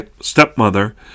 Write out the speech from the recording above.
stepmother